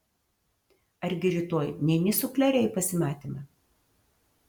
argi rytoj neini su klere į pasimatymą